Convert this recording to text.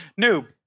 noob